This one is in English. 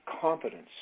confidence